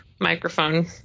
microphone